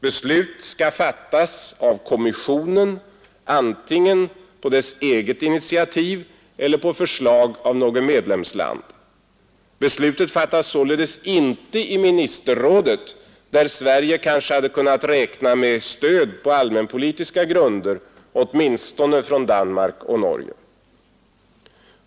Beslut skall fattas av kommissionen antingen på dess eget initiativ eller på förslag av något medlemsland. Beslutet fattas således inte i ministerrådet, där Sverige kanske hade kunnat räkna med stöd på allmänpolitiska grunder, åtminstone från Danmark och Norge.